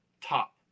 top